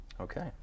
Okay